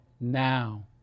now